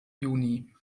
juni